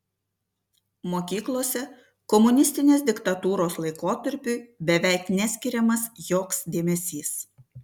mokyklose komunistinės diktatūros laikotarpiui beveik neskiriamas joks dėmesys